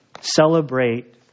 celebrate